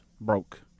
broke